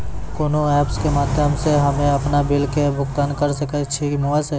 कोना ऐप्स के माध्यम से हम्मे अपन बिल के भुगतान करऽ सके छी मोबाइल से?